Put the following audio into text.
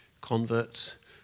converts